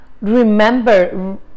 remember